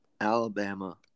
Alabama